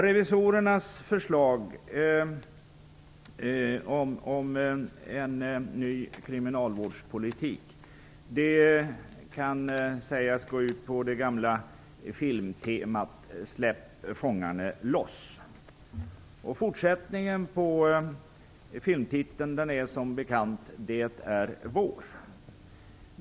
Revisorernas förslag om en ny kriminalvårdspolitik kan sägas gå ut på det gamla filmtemat "Släpp fångarne loss". Fortsättningen på filmtiteln är som bekant "det är vår".